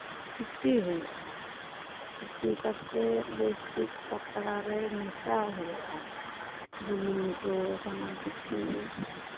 ᱥᱤᱯᱤ ᱦᱩᱭᱩᱜᱼᱟ ᱥᱤᱯᱤ ᱠᱟᱛᱮᱫ ᱵᱮᱥ ᱴᱷᱤᱠ ᱯᱟᱛᱲᱟ ᱨᱮ ᱢᱮᱥᱟᱣ ᱦᱩᱭᱩᱜᱼᱟ ᱵᱩᱞᱩᱝ ᱠᱚ ᱥᱟᱱᱟᱢ ᱠᱤᱪᱷᱩ